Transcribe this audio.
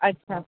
अच्छा